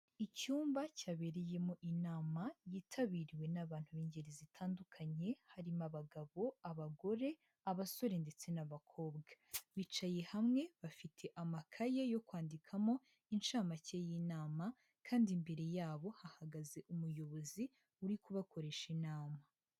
Icyumba cyabereyemo inama yitabiriwe n'abantu b'ingeri zitandukanye harimo abagabo, abagore, abasore ndetse n'abakobwa. Bicaye hamwe bafite amakayi yo kwandikamo inshamake y'inama kandi imbere yabo hahagaze umuyobozi uri kubakoresha inama.